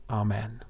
amen